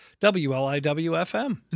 WLIW-FM